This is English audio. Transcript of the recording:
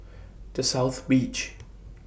The South Beach